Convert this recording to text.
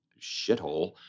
shithole